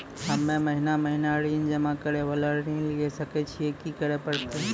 हम्मे महीना महीना ऋण जमा करे वाला ऋण लिये सकय छियै, की करे परतै?